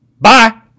bye